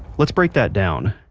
let's break that down.